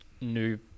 new